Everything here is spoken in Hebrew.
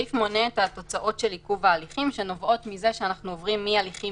הסעיף מונה את התוצאות של עיכוב ההליכים שנובעות מכך שאנחנו עוברים מהליכים